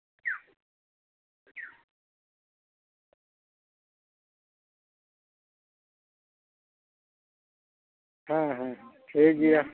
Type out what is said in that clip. ᱦᱮᱸ ᱦᱮᱸ ᱦᱮᱸ ᱴᱷᱤᱠᱜᱮᱭᱟ